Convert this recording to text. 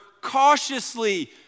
cautiously